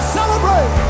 celebrate